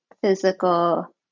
physical